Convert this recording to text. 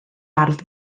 ardd